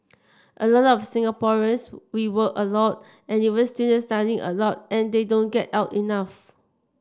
a lot of Singaporeans we work a lot and even students study a lot and they don't get out enough